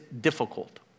difficult